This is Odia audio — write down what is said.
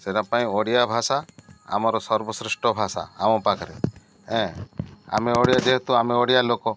ସେଇଟା ପାଇଁ ଓଡ଼ିଆ ଭାଷା ଆମର ସର୍ବଶ୍ରେଷ୍ଠ ଭାଷା ଆମ ପାଖରେ ଆମେ ଓଡ଼ିଆ ଯେହେତୁ ଆମେ ଓଡ଼ିଆ ଲୋକ